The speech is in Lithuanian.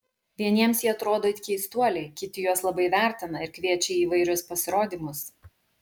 vieniems jie atrodo it keistuoliai kiti juos labai vertina ir kviečia į įvairius pasirodymus